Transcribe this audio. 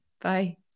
Bye